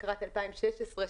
לקראת 2016,